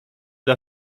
dla